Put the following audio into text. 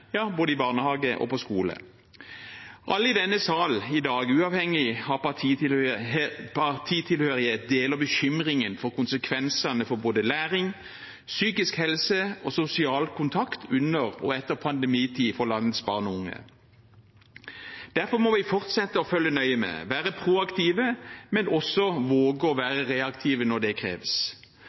både i barnehage og på skole. Alle i denne sal i dag, uavhengig av partitilhørighet, deler bekymringen for konsekvensene for både læring, psykisk helse og sosial kontakt under og etter pandemitiden for landets barn og unge. Derfor må vi fortsette å følge nøye med, være proaktive, men også våge å være reaktive når det kreves.